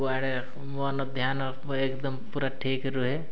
କୁଆଡ଼େ ମନ ଧ୍ୟାନ ଏକଦମ୍ ପୁରା ଠିକ୍ ରୁହେ